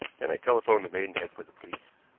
then i telephoned to maidenhead for the police.